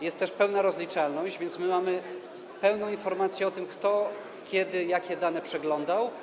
Jest pełna rozliczalność, więc mamy pełną informację o tym, kto kiedy jakie dane przeglądał.